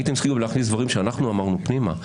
הייתם צריכים להכניס דברים שאנחנו אמרנו פנימה.